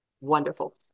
wonderful